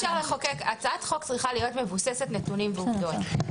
הצעת חוק צריכה להיות מבוססת נתונים ועובדות.